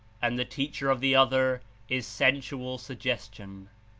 and the teacher of the other is sensual suggestion.